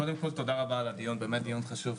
קודם כל תודה רבה על הדיון באמת דיון חשוב,